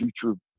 future